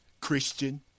Christian